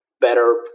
better